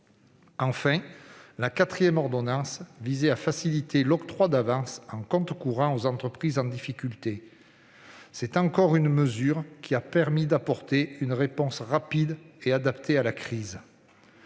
La quatrième ordonnance, enfin, visait à faciliter l'octroi d'avances en compte courant aux entreprises en difficulté. C'est encore une mesure qui a permis d'apporter une réponse rapide et adaptée à la crise.